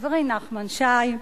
חברי נחמן שי,